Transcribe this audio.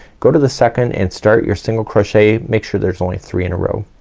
go to the second, and start your single crochet. make sure there's only three in a row.